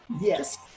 Yes